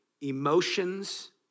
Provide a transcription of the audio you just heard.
Emotions